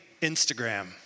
Instagram